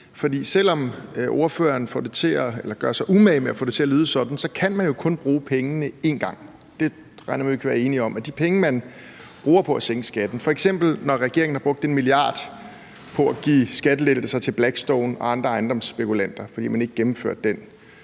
for selv om ordføreren gør sig umage med at få det til at lyde på en anden måde, kan man jo kun bruge pengene en gang. Jeg regner med, at vi kan være enige om, at de penge, man bruger på at sænke skatten – f.eks. når regeringen har brugt 1 mia. kr. på at give skattelettelser til Blackstone og andre ejendomsspekulanter, fordi man ikke gennemførte den